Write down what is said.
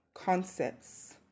concepts